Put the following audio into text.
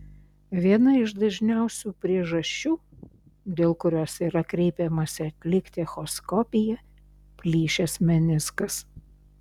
viena iš dažniausių priežasčių dėl kurios yra kreipiamasi atlikti echoskopiją plyšęs meniskas